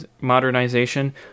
modernization